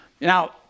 Now